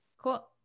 Cool